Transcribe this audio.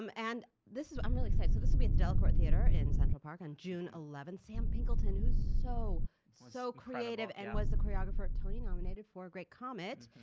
um and this is i'm really excited so this will be at the delacorte theatre in central park on june eleven. sam pinkleton who's so so creative and was the choreographer tony nominated for great comet,